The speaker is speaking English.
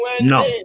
No